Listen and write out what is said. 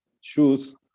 shoes